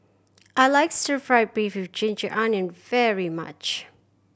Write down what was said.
I like stir fried beef with ginger onion very much